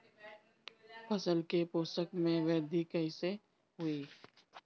फसल के पोषक में वृद्धि कइसे होई?